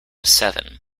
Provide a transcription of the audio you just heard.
seven